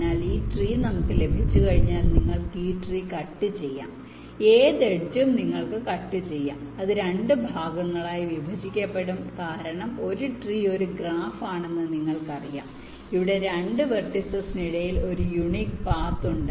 അതിനാൽ ഈ ട്രീ നമുക്ക് ലഭിച്ചുകഴിഞ്ഞാൽ നിങ്ങൾക്ക് ഈ ട്രീ കട്ട് ചെയ്യാം ഏത് എഡ്ജും നിങ്ങൾക്ക് കട്ട് ചെയ്യാം അത് 2 ഭാഗങ്ങളായി വിഭജിക്കപ്പെടും കാരണം ഒരു ട്രീ ഒരു ഗ്രാഫ് ആണെന്ന് നിങ്ങൾക്കറിയാം അവിടെ 2 വെർടിസിസിന് ഇടയിൽ ഒരു യൂണിക് പാത്ത് ഉണ്ട്